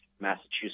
Massachusetts